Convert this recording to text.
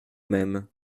même